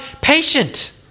patient